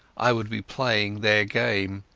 i would be playing their game.